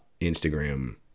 Instagram